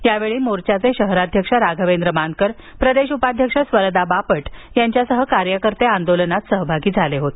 यावेळी मोर्चाचे शहराध्यक्ष राघवेंद्र मानकर प्रदेश उपाध्यक्ष स्वरदा बापट यांच्यासह कार्यकर्ते आंदोलनात सहभागी झाले होते